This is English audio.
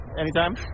anytime